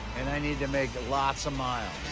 and i need to make lots of miles.